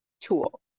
tool